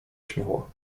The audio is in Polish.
śmiało